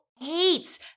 hates